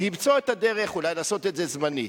למצוא את הדרך אולי לעשות את זה זמנית.